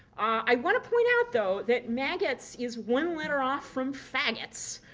i want to point out though that maggots is one letter off from faggots,